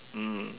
mm